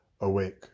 awake